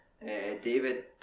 David